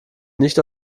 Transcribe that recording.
nicht